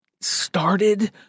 started